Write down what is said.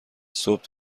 صبح